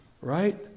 Right